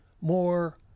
more